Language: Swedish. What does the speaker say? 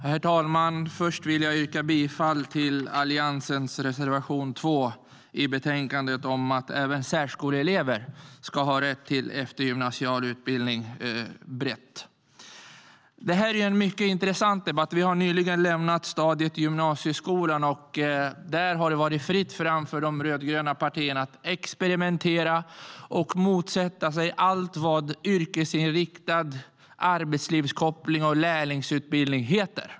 Herr talman! Först vill jag yrka bifall till Alliansens reservation 2 i betänkandet. Den handlar om att även särskoleelever ska ha rätt till eftergymnasial utbildning, brett. Det här är en mycket intressant debatt. Vi har nyligen lämnat stadiet gymnasieskolan, och där har det varit fritt fram för de rödgröna partierna att experimentera och motsätta sig allt vad yrkesinriktning, arbetslivskoppling och lärlingsutbildning heter.